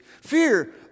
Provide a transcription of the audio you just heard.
Fear